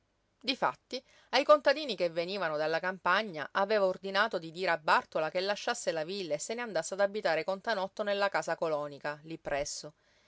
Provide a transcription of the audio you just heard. difatti ai contadini che venivano dalla campagna aveva ordinato di dire a bàrtola che lasciasse la villa e se ne andasse ad abitare con tanotto nella casa colonica lí presso